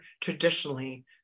traditionally